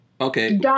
okay